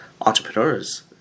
entrepreneurs